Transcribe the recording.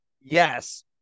Yes